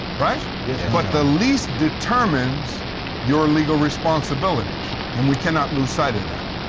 right? yes. but the lease determines your legal responsibilities. and we cannot lose sight of that.